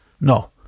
no